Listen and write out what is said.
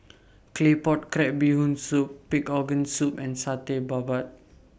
Claypot Crab Bee Hoon Soup Pig'S Organ Soup and Satay Babat